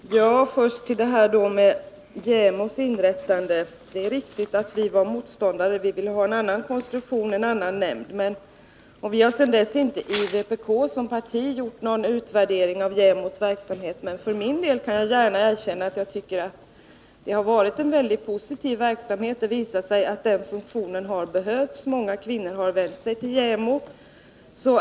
Herr talman! När det till att börja med gäller JämO:s inrättande är det riktigt att vi var motståndare till det. Vi ville ha en annan konstruktion och en annan nämnd. I vpk som parti har vi sedan dess inte gjort någon utvärdering av JämO:s verksamhet, men för min del kan jag gärna erkänna att jag tycker att det har varit en väldigt positiv verksamhet. Det har visat sig att den har behövts, och många kvinnor har vänt sig till JämO.